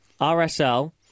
RSL